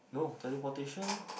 no teleportation